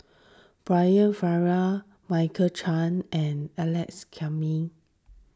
Brian Farrell Michael Chiang and Alex